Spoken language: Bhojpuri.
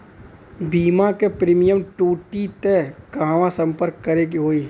बीमा क प्रीमियम टूटी त कहवा सम्पर्क करें के होई?